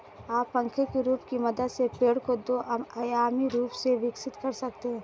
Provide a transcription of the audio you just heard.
आप पंखे के रूप की मदद से पेड़ को दो आयामी रूप से विकसित कर सकते हैं